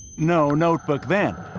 no notebook then,